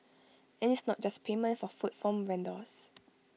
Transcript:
and it's not just payment for food from vendors